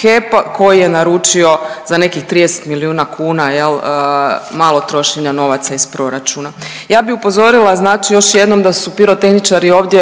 HEP koji je naručio za nekih 30 milijuna kuna malo trošenja novaca iz proračuna. Ja bi upozorila još jednom da su pirotehničari ovdje